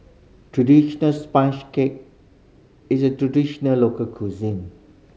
traditional sponge cake is a traditional local cuisine